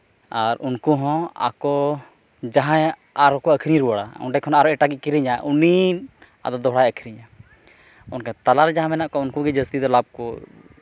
ᱟᱨ ᱩᱱᱠᱩ ᱦᱚᱸ ᱟᱠᱚ ᱡᱟᱦᱟᱸᱭᱟᱜ ᱟᱨᱦᱚᱸᱠᱚ ᱟᱹᱠᱷᱨᱤᱧ ᱨᱩᱣᱟᱹᱲᱟ ᱚᱸᱰᱮ ᱠᱷᱚᱱᱟᱜ ᱟᱨᱚ ᱮᱴᱟᱜᱤᱡᱽ ᱠᱤᱨᱤᱧᱟᱭ ᱩᱱᱤ ᱟᱫᱚ ᱫᱚᱦᱲᱟᱭ ᱟᱹᱠᱷᱨᱤᱧᱟ ᱚᱱᱠᱟ ᱛᱟᱞᱟᱨᱮ ᱡᱟᱦᱟᱸᱭ ᱢᱮᱱᱟᱜ ᱠᱚᱣᱟ ᱩᱱᱠᱩᱜᱮ ᱡᱟᱹᱥᱛᱤ ᱫᱚ ᱞᱟᱵᱽ ᱠᱚ